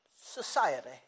society